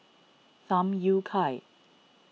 Tham Yui Kai